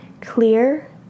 clear